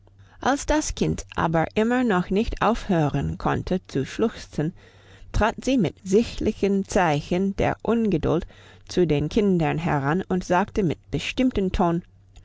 als das kind aber immer noch nicht aufhören konnte zu schluchzen trat sie mit sichtlichen zeichen der ungeduld zu den kindern heran und sagte mit bestimmtem ton